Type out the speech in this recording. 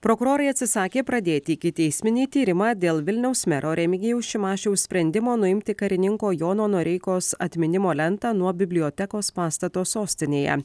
prokurorai atsisakė pradėti ikiteisminį tyrimą dėl vilniaus mero remigijaus šimašiaus sprendimo nuimti karininko jono noreikos atminimo lentą nuo bibliotekos pastato sostinėje